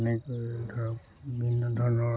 এনেকৈ ধৰক বিভিন্ন ধৰণৰ